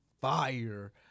Fire